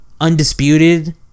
Undisputed